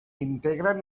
integren